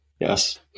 Yes